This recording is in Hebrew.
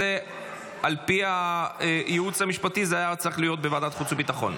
ועל פי הייעוץ משפטי זה היה צריך להיות בוועדת החוץ והביטחון.